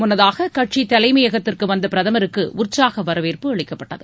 முன்னதாக கட்சி தலைமையகத்திற்கு வந்த பிரதமருக்கு உற்சாக வரவேற்பு அளிக்கப்பட்டது